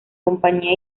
compañía